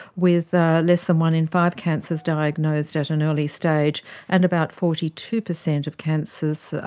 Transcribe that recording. with less than one in five cancers diagnosed at an early stage and about forty two percent of cancers,